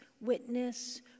witness